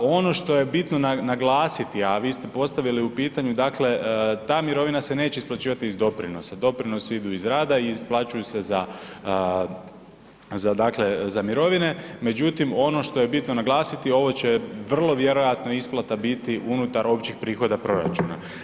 Ono što je bitno naglasiti, a vi ste postavili u pitanju, dakle ta mirovina se neće isplaćivati iz doprinosa, doprinosi idu iz rada i isplaćuju se za dakle za mirovine, međutim ono što je bitno naglasiti ovo će vrlo vjerojatno isplata biti unutar općih prihoda proračuna.